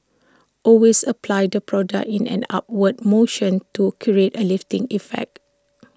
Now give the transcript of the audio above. always apply the product in an upward motion to create A lifting effect